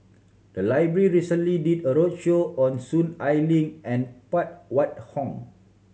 the library recently did a roadshow on Soon Ai Ling and Phan Wait Hong